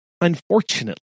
unfortunately